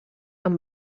amb